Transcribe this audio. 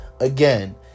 Again